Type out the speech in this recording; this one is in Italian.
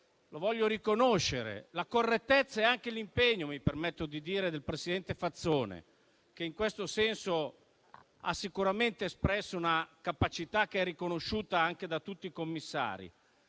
che voglio riconoscere, e anche l'impegno - mi permetto di dirlo - del presidente Fazzone, che, in questo senso, ha sicuramente espresso una capacità riconosciuta anche da tutti i Commissari,